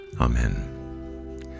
Amen